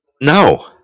No